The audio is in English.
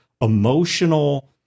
emotional